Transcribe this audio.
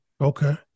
Okay